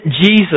Jesus